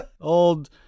old